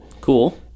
Cool